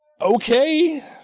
okay